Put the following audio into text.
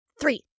Three